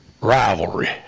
rivalry